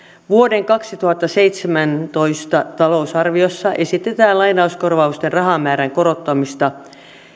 vuoden kaksituhattaseitsemäntoista talousarviossa esitetään lainauskorvausten rahamäärän korottamista